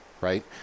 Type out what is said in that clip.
right